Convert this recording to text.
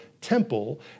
temple